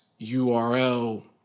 URL